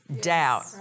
doubt